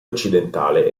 occidentale